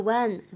one